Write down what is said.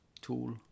Tool